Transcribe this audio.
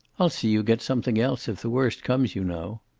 i'll see you get something else, if the worst comes, you know.